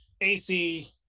AC